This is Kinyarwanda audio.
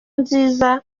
nziza